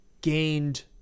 gained